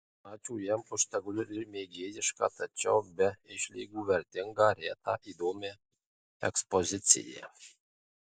ačiū jam už tegul ir mėgėjišką tačiau be išlygų vertingą retą įdomią ekspoziciją